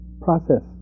process